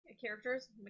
Characters